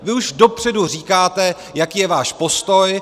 Vy už dopředu říkáte, jaký je váš postoj.